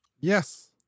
Yes